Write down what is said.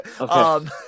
Okay